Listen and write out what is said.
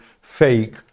fake